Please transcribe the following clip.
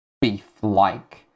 beef-like